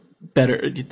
better